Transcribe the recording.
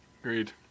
Agreed